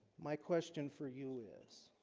my question for you is